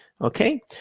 Okay